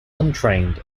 untrained